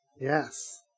Yes